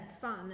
fun